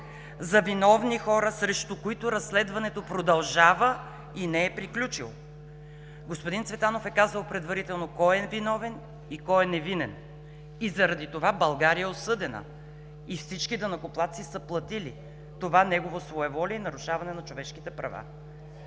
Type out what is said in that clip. за виновни хора, срещу които разследването продължава и не е приключило. Господин Цветанов е казал предварително кой е виновен и кой е невинен. Заради това България е осъдена и всички данъкоплатци са платили това негово своеволие и нарушаване на човешките права.